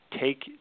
take